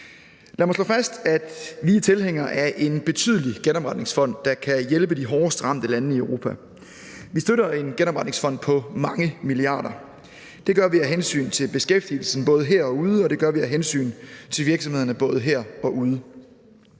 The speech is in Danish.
Lad mig slå fast, at vi er tilhængere af en betydelig genopretningsfond, der kan hjælpe de hårdest ramte lande i Europa. Vi støtter en genopretningsfond på mange milliarder. Det gør vi af hensyn til beskæftigelsen både her og ude, og det gør vi af hensyn til virksomhederne både her og ude.